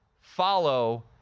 follow